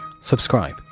subscribe